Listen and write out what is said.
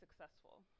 successful